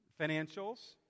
financials